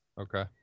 Okay